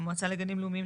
המועצה לגנים לאומיים,